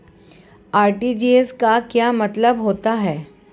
RTGS का क्या मतलब होता है?